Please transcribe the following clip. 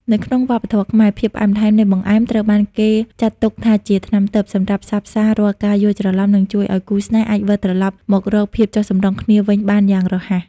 នៅក្នុងវប្បធម៌ខ្មែរ ភាពផ្អែមល្ហែមនៃបង្អែមត្រូវបានគេចាត់ទុកថាជាថ្នាំទិព្វសម្រាប់ផ្សះផ្សារាល់ការយល់ច្រឡំ និងជួយឱ្យគូស្នេហ៍អាចវិលត្រឡប់មករកភាពចុះសម្រុងគ្នាវិញបានយ៉ាងរហ័ស។